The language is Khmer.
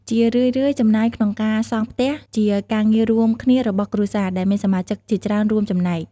ជារឿយៗ ចំណាយក្នុងការសង់ផ្ទះ ជាការងាររួមគ្នារបស់គ្រួសារ ដែលមានសមាជិកជាច្រើនរួមចំណែក។